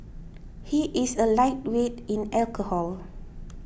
he is a lightweight in alcohol